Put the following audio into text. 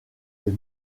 les